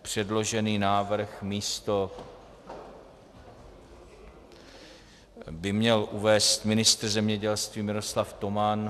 Předložený návrh by měl uvést ministr zemědělství Miroslav Toman.